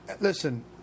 Listen